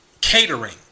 catering